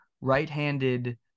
right-handed